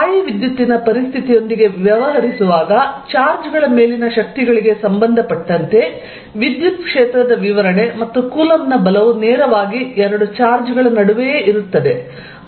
ಸ್ಥಾಯೀವಿದ್ಯುತ್ತಿನ ಪರಿಸ್ಥಿತಿಯೊಂದಿಗೆ ವ್ಯವಹರಿಸುವಾಗ ಚಾರ್ಜ್ಗಳ ಮೇಲಿನ ಶಕ್ತಿಗಳಿಗೆ ಸಂಬಂಧಪಟ್ಟಂತೆ ವಿದ್ಯುತ್ ಕ್ಷೇತ್ರದ ವಿವರಣೆ ಮತ್ತು ಕೂಲಂಬ್ನ ಬಲವು ನೇರವಾಗಿ ಎರಡು ಚಾರ್ಜ್ಗಳ ನಡುವೆಯೇ ಇರುತ್ತದೆ